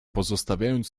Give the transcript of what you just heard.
pozostawiając